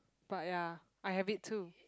but ya I have it too